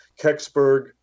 Kecksburg